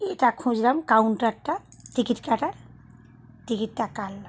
এটা খুঁজলাম কাউন্টারটা টিকিট কাটার টিকিটটা কাটলাম